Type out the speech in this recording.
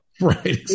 Right